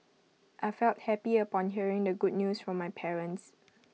I felt happy upon hearing the good news from my parents